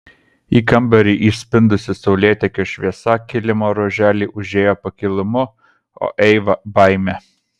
į kambarį įspindusi saulėtekio šviesa kilimo ruoželį užliejo pakilumu o eivą baime